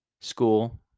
School